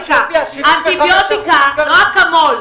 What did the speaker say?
אנטיביוטיקה, לא אקמול.